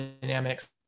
dynamics